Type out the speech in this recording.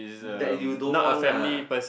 that you don't want ah